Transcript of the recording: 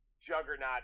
juggernaut